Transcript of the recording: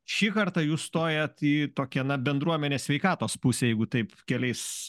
šį kartą jūs stojat į tokią na bendruomenės sveikatos pusę jeigu taip keliais